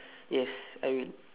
yes I will